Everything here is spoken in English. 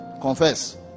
confess